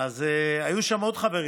אז היו שם עוד חברים,